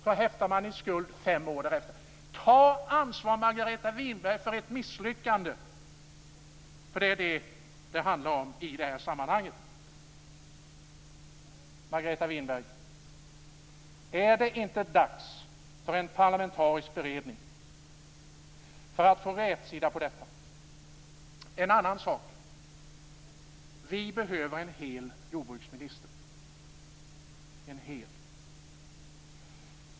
Då häftar man i skuld fem år därefter. Ta ansvar, Margareta Winberg, för detta misslyckande! För det är det det handlar om i det här sammanhanget. Margareta Winberg! Är det inte dags för en parlamentarisk beredning för att få rätsida på detta? En annan sak som jag vill ta upp är: Vi behöver en hel jordbruksminister - en hel.